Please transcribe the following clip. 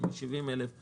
מ-70,000 ל-50,000,